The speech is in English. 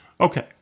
Okay